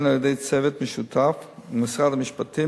על-ידי צוות משותף למשרד המשפטים,